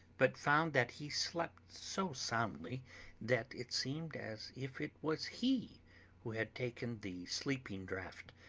but found that he slept so soundly that it seemed as if it was he who had taken the sleeping draught,